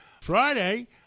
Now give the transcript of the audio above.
Friday